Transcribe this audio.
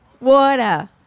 Water